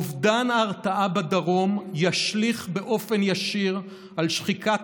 אובדן ההרתעה בדרום ישליך באופן ישיר על שחיקת